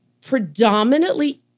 predominantly